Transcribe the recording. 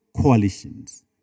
coalitions